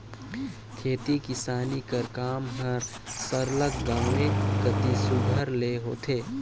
खेती किसानी कर काम हर सरलग गाँवें कती सुग्घर ले होथे